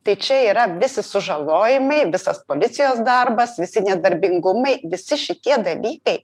tai čia yra visi sužalojimai visas policijos darbas visi nedarbingumai visi šitie dalykai